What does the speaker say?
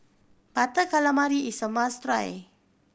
Butter Calamari is a must try